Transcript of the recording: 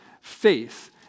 faith